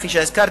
כפי שהזכרתי,